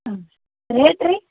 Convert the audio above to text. ಹ್ಞೂ ರೇಟ್ ರೀ